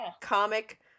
comic